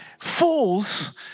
fools